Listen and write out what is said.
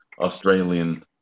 Australian